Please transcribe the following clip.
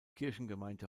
kirchengemeinde